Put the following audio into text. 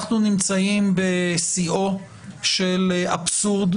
אנחנו נמצאים בשיאו של אבסורד,